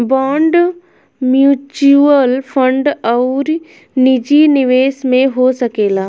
bond mutual fund अउरी निजी निवेश में हो सकेला